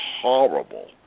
horrible